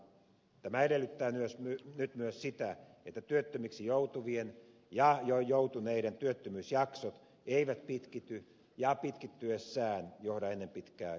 tämä edellyttää nyt myös sitä että työttömiksi joutuvien ja jo joutuneiden työttömyysjaksot eivät pitkity ja pitkittyessään johda ennen pitkää köyhyysloukkuihin